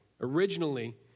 Originally